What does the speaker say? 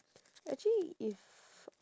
actually if